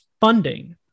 funding